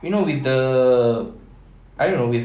you know with the I don't know with